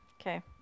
Okay